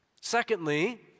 Secondly